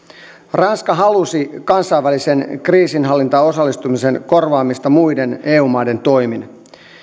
ranska halusi kansainväliseen kriisinhallintaan osallistumisen korvaamista muiden eu maiden toimin